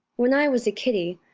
when i was a kiddie,